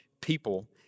people